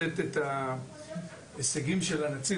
אני חושב שמערך מיצב את עצמו בצורה יוצאת מן הכלל,